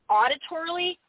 auditorily